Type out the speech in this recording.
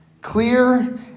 clear